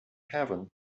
heaven